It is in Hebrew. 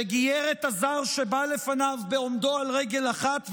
שגייר את הזר שבא לפניו בעומדו על רגל אחת,